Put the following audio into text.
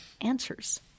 answers